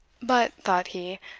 but, thought he,